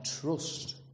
trust